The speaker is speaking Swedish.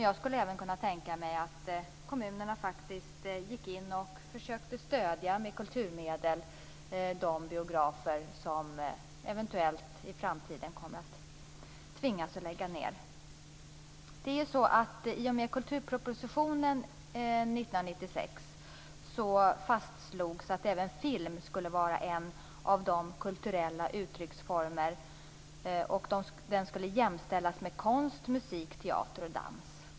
Jag kan även tänka mig att kommunerna går in och med kulturmedel försöker stödja de biografer som eventuellt i framtiden kommer att tvingas lägga ned. I och med kulturpropositionen 1996 fastslogs att även film skulle vara en av de kulturella uttrycksformerna. Film skulle jämställas med konst, musik, teater och dans.